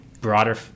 broader